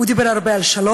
הוא דיבר על השלום,